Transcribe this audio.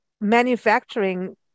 manufacturing